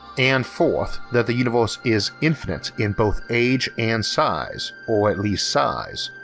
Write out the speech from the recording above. and fourth, that the universe is infinite in both age and size, or at least size.